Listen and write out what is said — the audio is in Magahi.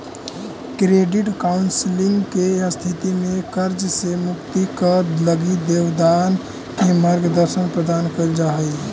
क्रेडिट काउंसलिंग के स्थिति में कर्ज से मुक्ति क लगी देनदार के मार्गदर्शन प्रदान कईल जा हई